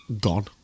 gone